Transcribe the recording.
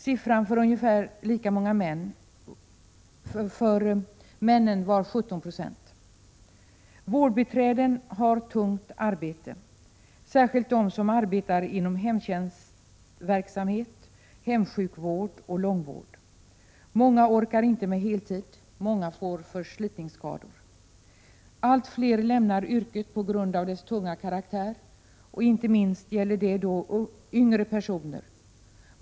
Siffran för männen var 17 90. Vårdbiträden har tungt arbete, särskilt de som arbetar inom hemtjänstverksamhet, hemsjukvård och långvård. Många orkar inte med heltidsarbete, och många får förslitningsskador. Allt fler lämnar yrket på grund av dess tunga karaktär, och det gäller inte minst yngre personer.